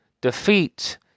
defeat